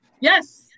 Yes